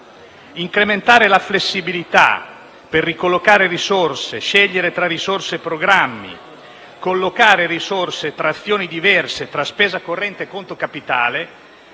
Incrementare la flessibilità per ricollocare risorse, scegliere tra risorse e programmi, collocare risorse tra azioni diverse, tra spesa corrente e conto capitale